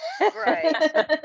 Right